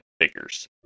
figures